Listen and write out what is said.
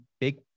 big